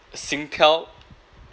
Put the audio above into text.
Singtel